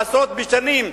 עשרות בשנים.